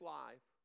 life